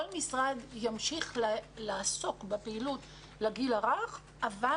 כל משרד ימשיך לעסוק בפעילות לגיל הרך אבל